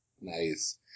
nice